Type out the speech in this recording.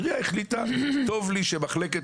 אם העירייה החליטה שהיא רוצה שמערכת